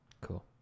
Cool